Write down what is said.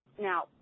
Now